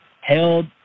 held